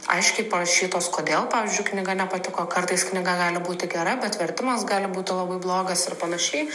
aiškiai parašytos kodėl pavyzdžiui knyga nepatiko kartais knyga gali būti gera bet vertimas gali būti labai blogas ir panašiai